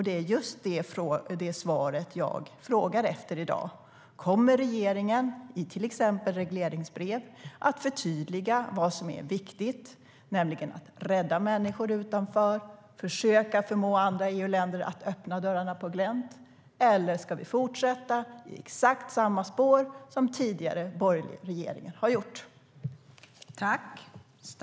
Det är just det svaret jag frågar efter i dag: Kommer regeringen i till exempel regleringsbrev att förtydliga vad som är viktigt, nämligen att rädda människor utanför och försöka förmå andra EU-länder att öppna dörrarna på glänt? Eller ska vi fortsätta i exakt samma spår som den tidigare, borgerliga regeringen har gått?